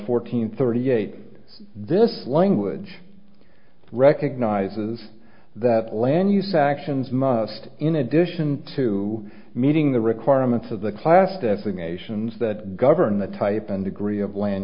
fourteen thirty eight this language recognizes that land use actions must in addition to meeting the requirements of the class defamations that govern the type and degree of land